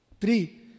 Three